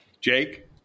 Jake